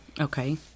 Okay